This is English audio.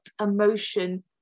emotion